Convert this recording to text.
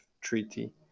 treaty